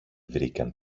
βρήκαν